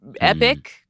epic